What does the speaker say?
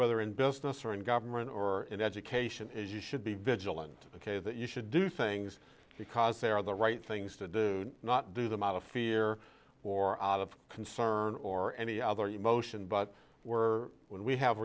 whether in business or in government or in education is you should be vigilant ok that you should do things because they're the right things to do not do them out of fear or out of concern or any other emotion but we're when we have